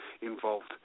involved